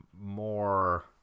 more